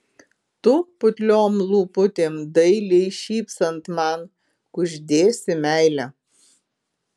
tu putliom lūputėm dailiai šypsant man kuždėsi meilę